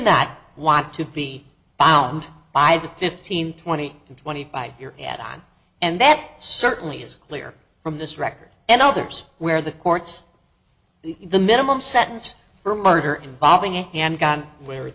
not want to be bound by the fifteen twenty twenty five year add on and that certainly is clear from this record and others where the court's the minimum sentence for murder involving a handgun where